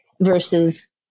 versus